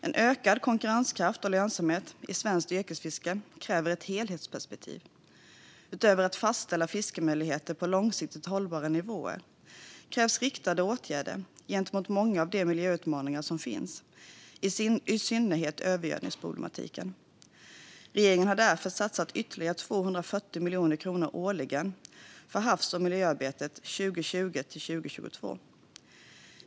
En ökad konkurrenskraft och lönsamhet i svenskt yrkesfiske kräver ett helhetsperspektiv. Utöver att fastställa fiskemöjligheter på långsiktigt hållbara nivåer krävs riktade åtgärder gentemot många av de miljöutmaningar som finns, i synnerhet övergödningsproblematiken. Regeringen har därför satsat ytterligare 240 miljoner kronor årligen för havs och miljöarbetet 2020-2022.